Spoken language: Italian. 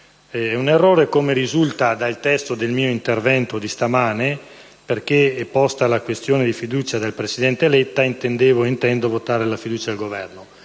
perché, come risulta dal testo del mio intervento di stamani, posta la questione di fiducia dal presidente Letta, intendevo e intendo votare la fiducia al Governo.